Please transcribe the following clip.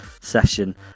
session